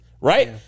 Right